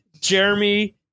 Jeremy